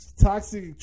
toxic